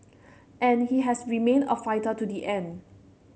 and he has remained a fighter to the end